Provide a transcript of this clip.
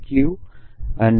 Q અને